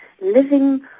living